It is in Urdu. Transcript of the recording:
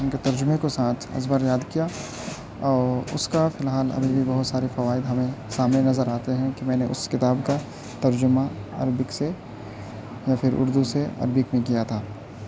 ان کے ترجمے کو ساتھ ازبر یاد کیا اس کا فی الحال ابھی بھی بہت سارے فوائد ہمیں سامنے نظر آتے ہیں کہ میں نے اس کتاب کا ترجمہ عربک سے یا پھر اردو سے عربک میں کیا تھا